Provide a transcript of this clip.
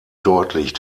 deutlich